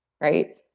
Right